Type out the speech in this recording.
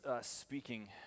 speaking